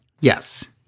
Yes